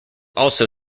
also